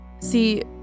See